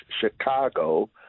Chicago